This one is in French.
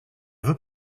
veux